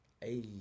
Hey